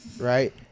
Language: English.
right